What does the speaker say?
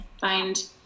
find